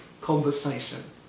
conversation